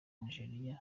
algeria